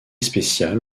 spécial